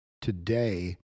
today